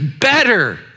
better